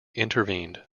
intervened